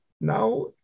Now